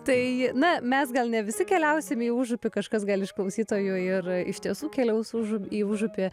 tai na mes gal ne visi keliausim į užupį kažkas gal iš klausytojų ir iš tiesų keliaus užu į užupį